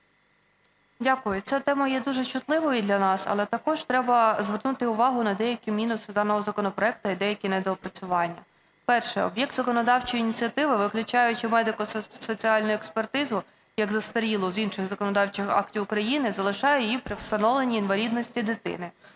Дякую. Ця тема є дуже чутливою для нас, але також треба звернути увагу на деякі мінуси даного законопроекту і деякі недопрацювання. Перше. Об'єкт законодавчої ініціативи, виключаючи медико-соціальну експертизу як застарілу з інших законодавчих актів України, залишає її при встановленні інвалідності дитини.